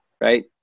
right